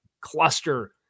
cluster